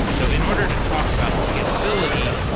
so in order to talk about scalability,